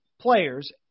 players